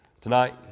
Tonight